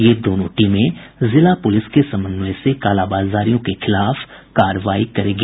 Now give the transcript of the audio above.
ये दोनों टीमें जिला पुलिस के समन्वय से कालाबाजारियों के खिलाफ कार्रवाई करेगी